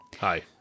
Hi